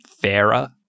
fairer